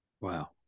Wow